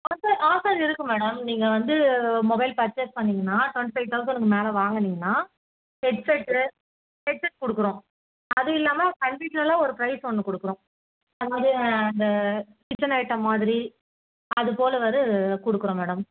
ஆஃப offer இருக்கு madam நீங்கள் வந்து மொபைல் பர்ச்சேஸ் பண்ணிங்கன்னா ட்வெண்ட்டி ஃபைவ் தௌசணுக்கு மேலே வாங்குனீங்கன்னா ஹெட்செட்டு ஹெட்செட் கொடுக்குறோம் அதுவும் இல்லாமல் கண்டிஷ்னலாம் ஒரு ப்ரைஸ் ஒன்று கொடுக்குறோம் அதாவது அந்த கிச்சன் ஐட்டம் மாதிரி அது போல் அது கொடுக்குறோம் மேடம்